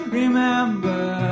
remember